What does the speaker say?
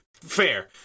fair